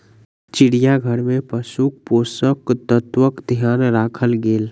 चिड़ियाघर में पशुक पोषक तत्वक ध्यान राखल गेल